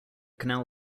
canal